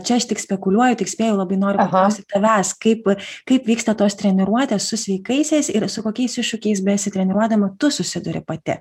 čia aš tik spekuliuoju tik spėju labai noriu paklausti tavęs kaip kaip vyksta tos treniruotės su sveikaisiais ir su kokiais iššūkiais besitreniruodama tu susiduri pati